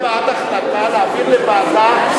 אנחנו נצביע בעד החלטה להעביר לוועדה,